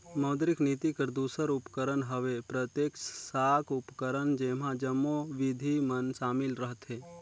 मौद्रिक नीति कर दूसर उपकरन हवे प्रत्यक्छ साख उपकरन जेम्हां जम्मो बिधि मन सामिल रहथें